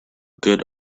good